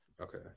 Okay